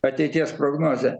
ateities prognozė